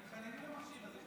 הם מתחננים למכשיר הזה.